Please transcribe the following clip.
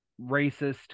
racist